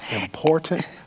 Important